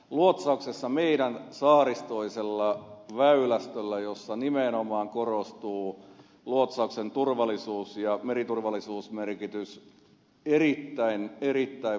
luotsauksessa meidän saaristoisella väylästöllä nimenomaan korostuu luotsauksen turvallisuus ja meriturvallisuusmerkitys erittäin erittäin voimakkaasti